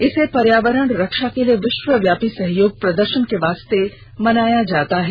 इसे पर्यावरण रक्षा के लिए विष्वव्यापी सहयोग प्रदर्षन के वास्ते मनाया जाता है